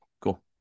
Cool